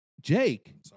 Jake